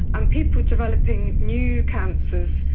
and people developing new cancers,